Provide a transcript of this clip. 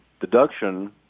deduction